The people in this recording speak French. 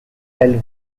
elles